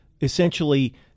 essentially